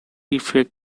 effects